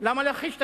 למה להכחיש את